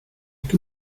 que